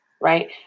right